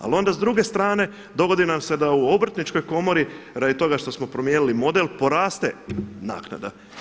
Ali onda s druge strane dogodi nam se da u obrtničkoj komori radi toga što smo promijenili model poraste naknada.